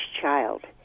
child